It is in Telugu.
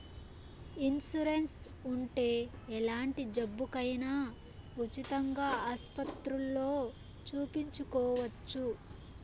ఇన్సూరెన్స్ ఉంటే ఎలాంటి జబ్బుకైనా ఉచితంగా ఆస్పత్రుల్లో సూపించుకోవచ్చు